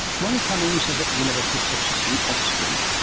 molly cummings is at the university of texas in austin